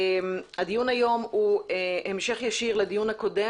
הדיון היום הוא המשך ישיר לדיון הקודם